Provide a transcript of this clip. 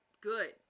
good